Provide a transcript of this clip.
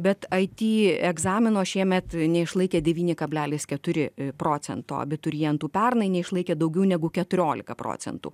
bet it egzamino šiemet neišlaikė davyni kablelis keturi procento abiturientų pernai neišlaikė daugiau negu keturiolika procentų